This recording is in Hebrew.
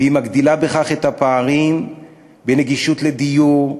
והיא מגדילה בכך את הפערים בנגישות לדיור,